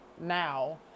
now